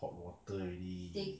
hot water already